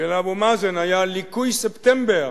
שלאבו מאזן היה ליקוי ספטמבר